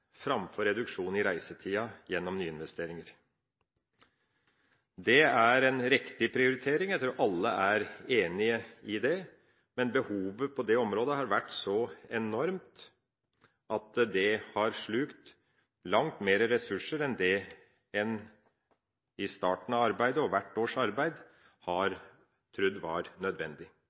framfor reduksjon i reisetida gjennom nyinvesteringer. Det er en riktig prioritering. Jeg tror alle er enige om det, men behovet på dette området har vært så enormt at det har slukt langt flere ressurser enn det en i starten av arbeidet, og i hvert års arbeid, har trodd var nødvendig.